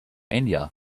india